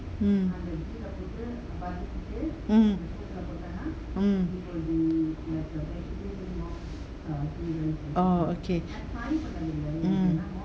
mm mm mm oh okay mm